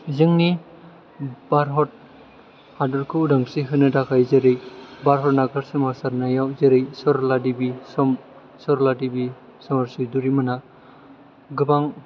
जोंनि भारत हादरखौ उदांस्रि होनो थाखाय जेरै भारत नागार सोमावसारनायाव जेरै सरला देवि सरला चौदुरि मोनहा गोबां